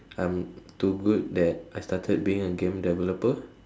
I'm too good that I started being a game developer